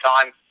time